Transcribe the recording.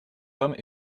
hommes